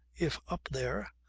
if up there,